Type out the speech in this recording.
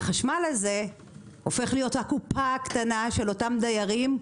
והחשמל הזה הופך להיות הקופה הקטנה של אותם דיירים,